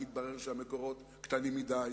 כי התברר שהמקורות קטנים מדי,